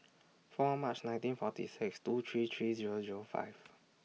four March nineteen forty six two three three Zero Zero five